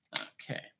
Okay